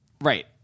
right